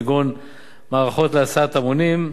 כגון מערכות להסעת המונים.